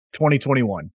2021